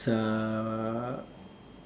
err